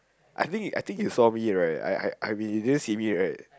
I think he I think he saw me right I mean he didn't see me right